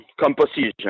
composition